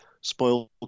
spoiled